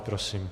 Prosím.